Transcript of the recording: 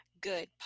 good